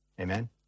Amen